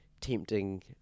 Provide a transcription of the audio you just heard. tempting